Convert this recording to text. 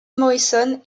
morrison